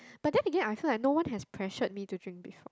but then Again I feel like no one has pressured me to drink before